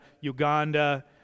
Uganda